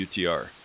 UTR